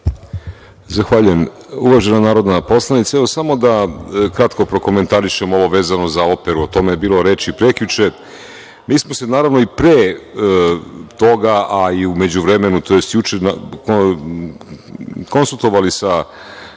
Zahvaljujem. Uvažena narodna poslanice, samo kratko da prokomentarišem ovo vezano za operu. O tome je bilo reč i prekjuče. Mi smo se, naravno, i pre toga, a i u međuvremenu, tj. juče konsultovali sa